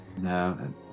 No